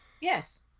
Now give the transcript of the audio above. Yes